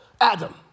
Adam